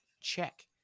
Check